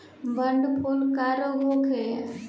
Bird flu का रोग होखे?